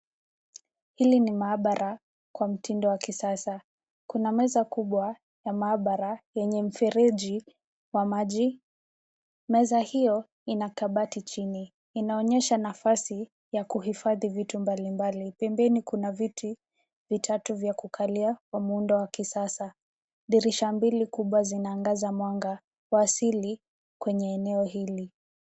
Hili ni maabara kwa mtindo wa kisasa. Kuna meza kubwa ya maabara yenye mfereji wa maji. Meza hiyo ina kabati chini. Inaonyesha nafasi ya kuhifadhi vitu mbalimbali . Pembeni Kuna viti vitatu vya kukalia kwa muundo wa kisasa. Dirisha mbili kubwa zinaangaza mwanga wa asili kwenye eneo hili.